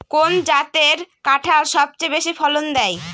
কোন জাতের কাঁঠাল সবচেয়ে বেশি ফলন দেয়?